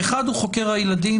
האחד הוא חוקר הילדים,